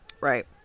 Right